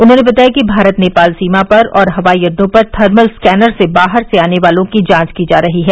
उन्होंने बताया कि भारत नेपाल सीमा पर और हवाई अड्डों पर थर्मल स्कैनर से बाहर से आने वालों की जांच की जा रही है